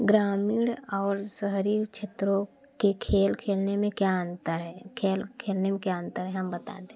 ग्रामीण और शहरी क्षेत्रों के खेल खेलने में क्या अंतर हैं खेल खेलने में क्या अंतर हैं हम बता दें